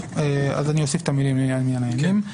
אני אוסיף את המילים 'לעניין מניין הימים'.